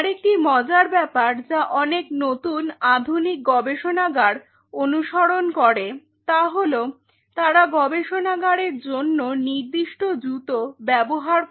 আরেকটি মজার ব্যাপার যা অনেক নতুন আধুনিক গবেষণাগার অনুসরণ করে তা হলো তারা গবেষণাগারের জন্য নির্দিষ্ট জুতো ব্যবহার করে